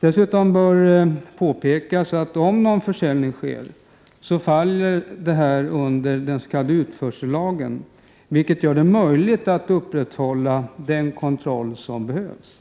Dessutom bör påpekas att om någon försäljning sker faller det under den s.k. utförsellagen, vilket gör det möjligt att upprätthålla den kontroll som behövs.